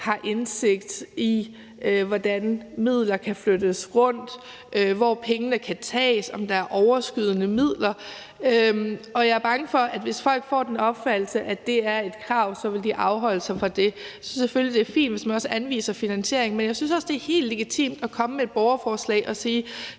har indsigt i, hvordan midlerne kan flyttes rundt, eller hvor pengene kan tages, eller om der er overskydende midler. Og jeg er bange for, at hvis folk får den opfattelse, at det er et krav, så vil de afholde sig fra det. Jeg synes selvfølgelig, at det er fint, hvis man også anviser finansiering. Men jeg synes også, at det er helt legitimt at lave et borgerforslag og sige,